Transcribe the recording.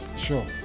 sure